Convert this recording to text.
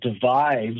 divides